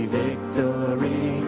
victory